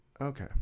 Okay